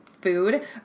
food